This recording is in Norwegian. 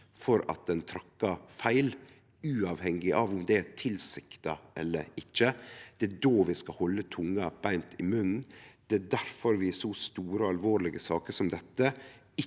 for at ein trør feil, uavhengig av om det er tilsikta eller ikkje, og det er då vi skal halde tunga beint i munnen. Det er difor vi i så store, alvorlege saker som dette